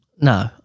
No